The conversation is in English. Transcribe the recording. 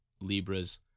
Libras